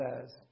says